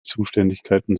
zuständigkeiten